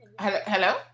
Hello